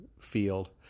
field